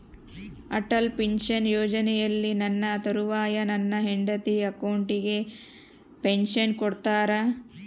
Atal pension ಯೋಜನೆಯಲ್ಲಿ ನನ್ನ ತರುವಾಯ ನನ್ನ ಹೆಂಡತಿ ಅಕೌಂಟಿಗೆ ಪೆನ್ಶನ್ ಕೊಡ್ತೇರಾ?